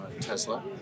Tesla